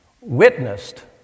witnessed